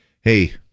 Hey